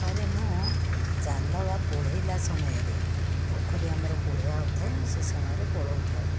ଥରେ ମୁଁ ଜାଲ ବା ସମୟରେ ପୋଖରୀ ଆମର ପୋଳେହା ହେଉଥାଏ ମୁଁ ସେହି ସମୟରେ ପୋଳଉଥାଏ